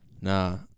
Nah